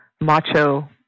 macho